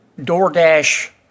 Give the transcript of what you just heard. DoorDash